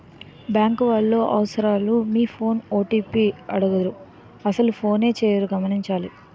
bank వాళ్లు అసలు మీ ఫోన్ ఓ.టి.పి అడగరు అసలు ఫోనే చేయరు గమనించాలి